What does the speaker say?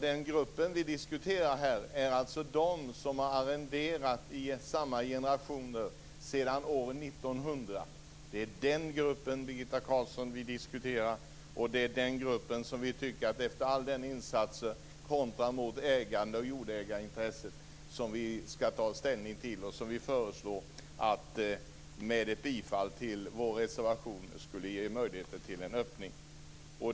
Den grupp vi diskuterar är de som har arrenderat i generationer sedan år 1900. Det är den gruppen vi diskuterar, Birgitta Carlsson. Det är för den gruppen, efter alla insatser kontra jordägandeintresset, som ett bifall till vår reservation skulle ge möjligheter till en öppning.